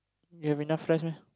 you have enough friends meh